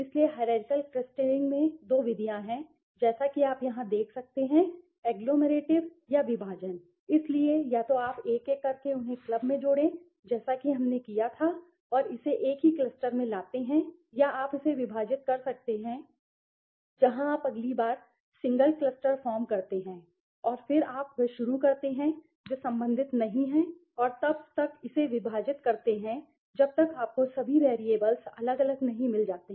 इसलिए hierarchical clustering में दो विधियाँ हैं जैसा कि आप यहाँ देख सकते हैं कि एग्लोमेरेटिव या विभाजन इसलिए या तो आप एक एक करके उन्हें क्लब में जोड़ें जैसा कि हमने किया था और इसे एक ही क्लस्टर में लाते हैं या आप इसे विभाजित कर सकते हैं जहाँ आप पहली बार सिंगल क्लस्टर फार्म करते हैं और फिर आप वह शुरू करते हैं जो संबंधित नहीं है और तब तक इसे विभाजित करते रहें जब तक आपको सभी वैरिएबल्स अलग अलग नहीं मिल जाते